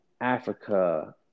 Africa